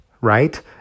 right